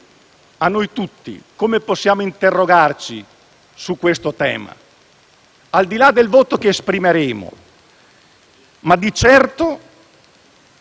a noi tutti come possiamo interrogarci su questo tema, al di là del voto che esprimeremo. Di certo